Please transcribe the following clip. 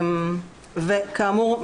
כאמור,